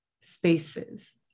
spaces